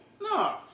No